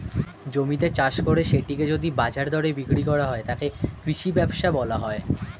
জমিতে চাষ করে সেটিকে যদি বাজার দরে বিক্রি করা হয়, তাকে কৃষি ব্যবসা বলা হয়